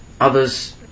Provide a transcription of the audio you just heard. Others